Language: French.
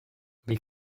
les